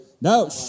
No